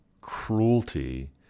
cruelty